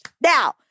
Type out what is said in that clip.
Now